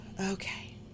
Okay